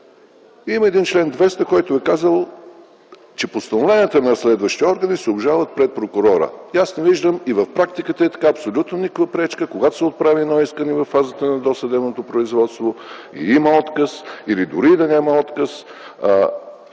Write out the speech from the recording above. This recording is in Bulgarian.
Има и един чл. 200, който е казал, че постановленията на разследващите органи се обжалват пред прокурора. И аз не виждам, и в практиката е така, абсолютно никаква пречка, когато се отправи едно искане във фазата на досъдебното производство и има отказ, или дори и да няма отказ,